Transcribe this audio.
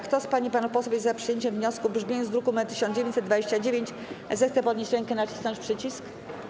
Kto z pań i panów posłów jest za przyjęciem wniosku w brzmieniu z druku nr 1929, zechce podnieść rękę i nacisnąć przycisk.